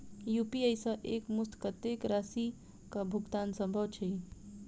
UPI सऽ एक मुस्त कत्तेक राशि कऽ भुगतान सम्भव छई?